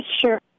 Sure